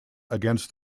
against